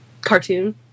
cartoon